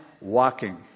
walking